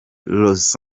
los